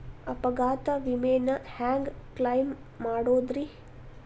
ಅಪಘಾತ ವಿಮೆನ ಹ್ಯಾಂಗ್ ಕ್ಲೈಂ ಮಾಡೋದ್ರಿ?